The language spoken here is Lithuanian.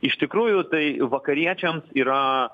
iš tikrųjų tai vakariečiams yra